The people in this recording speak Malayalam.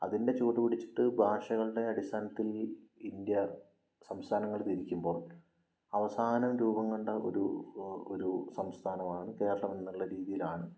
അതിൻ്റെ ചുവടുപിടിച്ചിട്ട് ഭാഷകളുടെ അടിസ്ഥാനത്തിൽ ഇന്ത്യ സംസ്ഥാനങ്ങൾ തിരിക്കുമ്പോള് അവസാനം രൂപംകൊണ്ട ഒരു ഒരു സംസ്ഥാനമാണ് കേരളമെന്നുള്ള രീതിയിലാണ്